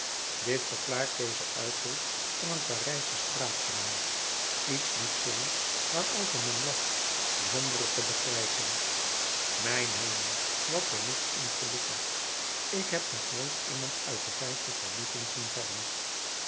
dit verklaart dezen uitroep van een parijschen straatjongen iets diepzinnigs waarover men lacht zonder het te begrijpen mijn hemel wat ben ik ongelukkig ik heb nog nooit iemand uit de vijfde verdieping zien vallen